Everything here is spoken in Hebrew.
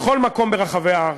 לכל מקום ברחבי הארץ,